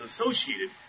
associated